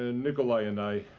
ah nicolae and i,